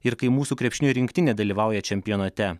ir kai mūsų krepšinio rinktinė dalyvauja čempionate